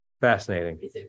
Fascinating